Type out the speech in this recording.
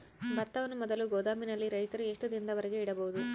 ಭತ್ತವನ್ನು ಮೊದಲು ಗೋದಾಮಿನಲ್ಲಿ ರೈತರು ಎಷ್ಟು ದಿನದವರೆಗೆ ಇಡಬಹುದು?